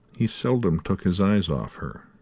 he seldom took his eyes off her.